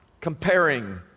comparing